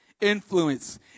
influence